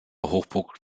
hochburg